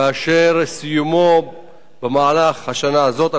אשר סיומה במהלך השנה הזאת,